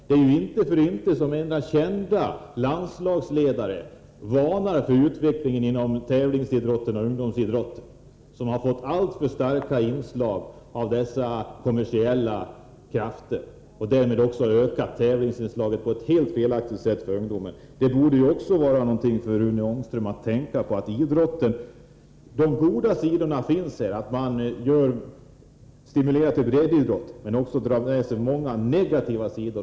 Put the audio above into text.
Det är inte för intet som kända landslagsledare varnar för utvecklingen inom tävlingsoch ungdomsidrotten, som de tycker har fått alltför starka inslag av kommersiella krafter. Därmed har också tävlingsmomenten för ungdomar ökat på ett helt felaktigt sätt. Det borde vara någonting att tänka på också för Rune Ångström. Tävlingsidrotten har goda sidor — t.ex. att den stimulerar till breddidrott — men också många negativa sidor.